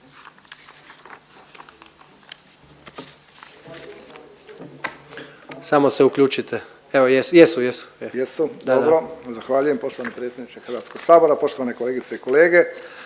Samo se uključite. Evo jesu, jesu. **Ćosić, Pero (HDZ)** Jesu? Dobro. Zahvaljujem poštovani predsjedniče Hrvatskog sabora, poštovane kolegice i kolege.